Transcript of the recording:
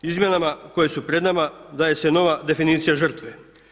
Izmjenama koje su pred nama daje se nova definicija žrtve.